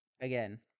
again